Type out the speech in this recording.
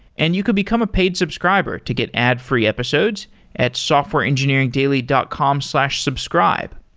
and you could become a paid subscriber to get ad-free episodes at softwareengineeringdaily dot com slash subscribe.